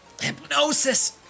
Hypnosis